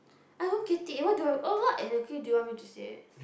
I don't get it what do you want oh what exactly do you want me to say